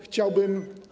Chciałbym.